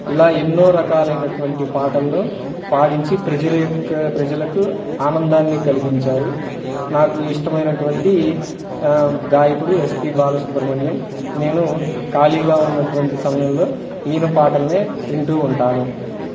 ఇలా ఎన్నో రకాలైనటువంటి పాటలను పాడించి ప్రజల యొక్క ప్రజలకు ఆనందాన్ని కలిగించారు నాకు ఇష్టమైనటువంటి గాయకుడు ఎస్పీ బాలసుబ్రమణ్యం నేను ఖాళీగా ఉన్నటువంటి సమయంలో ఈయన పాటలను వింటూ ఉంటాను